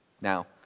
Now